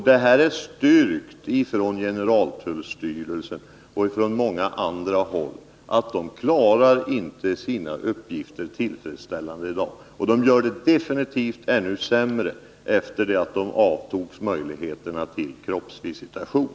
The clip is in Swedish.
Det är styrkt från generaltullstyrelsen och från många andra håll att de inte klarar sina uppgifter tillfredställande i dag — och de gör det definitivt ännu sämre efter det att de fråntogs möjligheterna till kroppsvisitation.